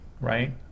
right